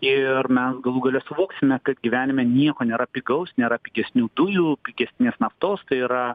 ir mes galų gale suvoksime kad gyvenime nieko nėra pigaus nėra pigesnių dujų pigesnės naftos tai yra